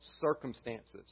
circumstances